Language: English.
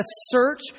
search